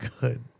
good